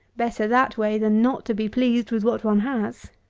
better that way than not to be pleased with what one has.